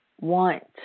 want